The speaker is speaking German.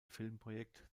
filmprojekt